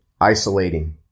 Isolating